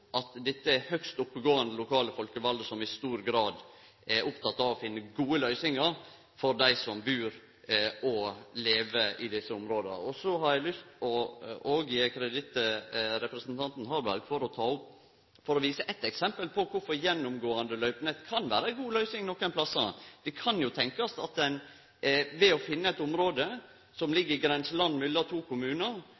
at dette er høgst oppegåande, lokalt folkevalde som i stor grad er opptekne av å finne gode løysingar for dei som bur og lever i desse områda. Så har eg òg lyst til å gje kreditt til representanten Harberg for å vise eit eksempel på kvifor gjennomgåande løypenett kan vere ei god løysing nokre plassar. Det kan tenkjast at ein ved å finne eit område som